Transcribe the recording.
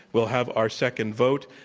we'll have our second vote.